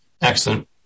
excellent